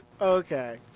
Okay